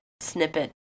snippet